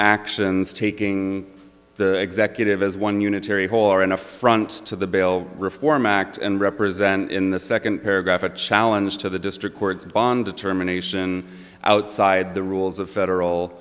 actions taking the executive as one unitary whole are an affront to the bail reform act and represented in the second paragraph a challenge to the district courts bond determination outside the rules of federal